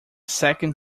second